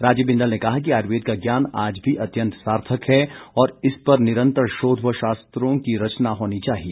राजीव बिंदल ने कहा कि आयुर्वेद का ज्ञान आज भी अत्यंत सार्थक है और इस पर निरतंर शोध व शास्त्रों की रचना होनी चाहिए